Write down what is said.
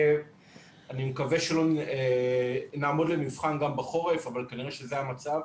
ואני מקווה שלא נעמוד למבחן גם בחורף אבל כנראה שזה המצב,